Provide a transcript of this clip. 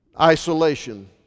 isolation